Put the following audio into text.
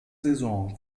saison